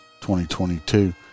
2022